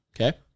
Okay